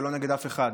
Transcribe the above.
זה לא נגד אף אחד.